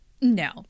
No